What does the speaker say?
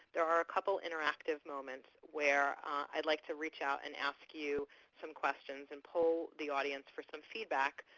there are a couple of interactive moments where i would like to reach out and ask you some questions and poll the audience for some feedback.